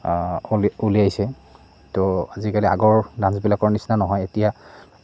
উলিয়াইছে তো আজিকালি আগৰ ডান্সবিলাকৰ নিচিনা নহয় এতিয়া